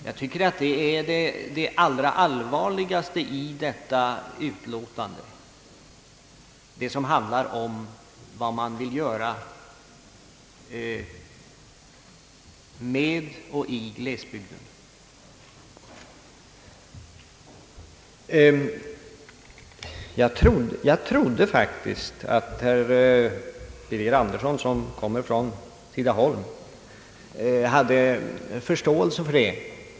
Jag tycker att det allra allvarligaste i detta utlåtande är det som handlar om vad man vill göra med och i glesbygderna. Jag trodde faktiskt att herr Birger Andersson, som kommer från Tidaholm, hade förståelse för det.